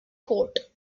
coat